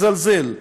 מזלזל,